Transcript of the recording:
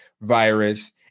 virus